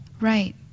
Right